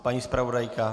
Paní zpravodajka?